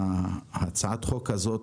הצעת החוק הזו,